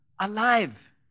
alive